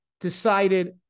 decided